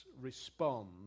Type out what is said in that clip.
respond